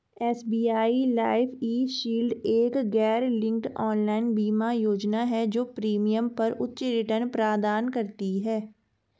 SBI life e shield एक गैरलिंक्ड online बीमा योजना है जो प्रीमियम पर उच्च रिटर्न प्रदान करती है